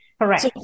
Correct